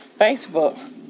Facebook